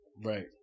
Right